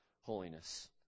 holiness